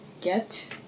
get